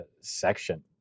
section